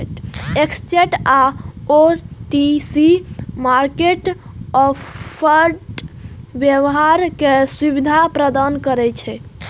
exchange आ OTC market spot व्यापार के सुविधा प्रदान करै छै